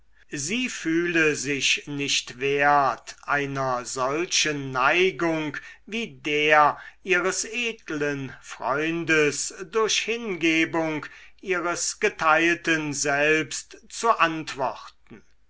sie fühle sich nicht wert einer solchen neigung wie der ihres edlen freundes durch hingebung ihres geteilten selbst zu antworten